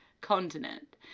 continent